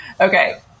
Okay